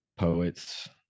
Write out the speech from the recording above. poets